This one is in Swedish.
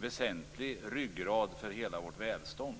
väsentlig ryggrad för hela vårt välstånd.